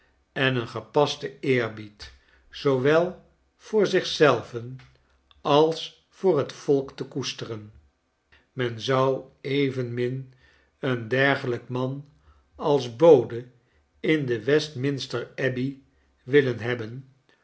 en een gepasten eerbied zoowel voor zich zelven als voor het volk te koesteren men zou evenmin een dergelijk man als bode indewestmins t e r a b d y willen hebben